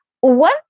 One